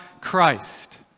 Christ